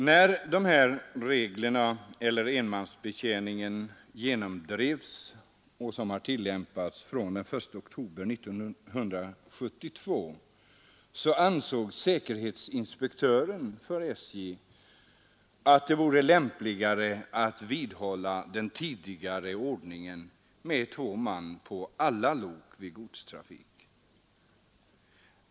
När denna enmansbetjäning genomdrevs — tillämpad från den 1 oktober 1972 — ansåg säkerhetsinspektören för SJ att det vore lämpligare att vidmakthålla den tidigare ordningen med två man på alla lok i godstrafik.